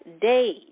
days